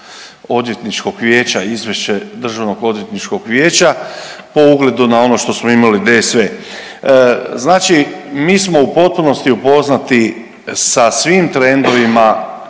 odvjetničkog vijeća, izvješće Državnog odvjetničkog vijeća po ugledu na ono što smo imali DSV. Znači mi smo u potpunosti upoznati sa svim trendovima